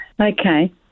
Okay